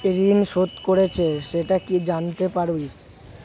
ঋণ শোধ করেছে সেটা কি জানতে পারি?